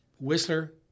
Whistler